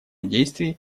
действий